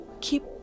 keep